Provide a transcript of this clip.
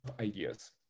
ideas